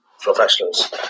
professionals